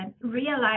realize